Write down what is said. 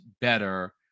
better